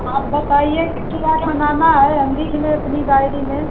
आप बताइए क्या बनाना है हम लिख लें अपने डायरी में